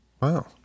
Wow